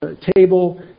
Table